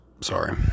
Sorry